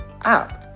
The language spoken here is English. app